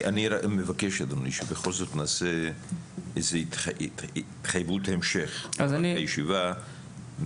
אני מבקש שבכל זאת נעשה איזו התחייבות המשך מדויד לטובת הישיבה.